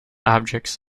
objects